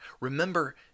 remember